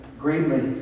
greatly